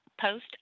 Post